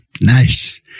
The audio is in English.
Nice